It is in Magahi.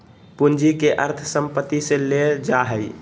पूंजी के अर्थ संपत्ति से लेल जा हइ